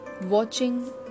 watching